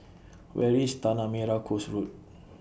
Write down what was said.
Where IS Tanah Merah Coast Road